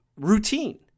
routine